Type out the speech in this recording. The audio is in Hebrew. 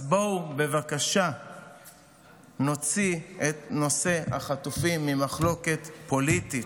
אז בואו בבקשה נוציא את נושא החטופים ממחלוקת פוליטית.